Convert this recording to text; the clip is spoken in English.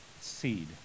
seed